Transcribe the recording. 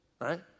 right